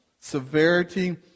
severity